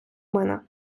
мене